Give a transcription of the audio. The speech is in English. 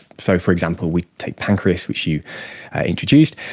so, for example, we'd take pancreas, which you introduced.